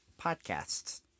podcasts